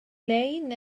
lein